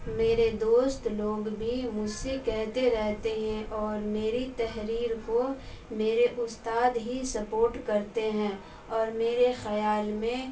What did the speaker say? میرے دوست لوگ بھی مجھ سے کہتے رہتے ہیں اور میری تحریر کو میرے استاد ہی سپورٹ کرتے ہیں اور میرے خیال میں